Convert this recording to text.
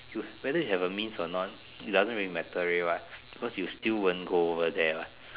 you whether you have the means or not it doesn't really matter already what because you still won't go over there what